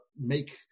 make